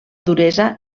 duresa